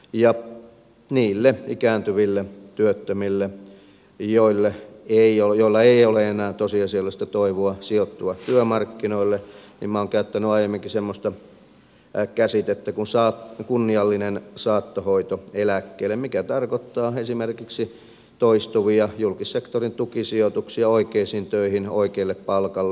ja niille ikääntyville työttömille joilla ei ole enää tosiasiallista toivoa sijoittua työmarkkinoille minä olen käyttänyt aiemminkin semmoista käsitettä kuin kunniallinen saattohoito eläkkeelle mikä tarkoittaa esimerkiksi toistuvia julkissektorin tukisijoituksia oikeisiin töihin oikeille palkoille